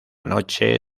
noche